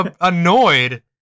annoyed